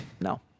no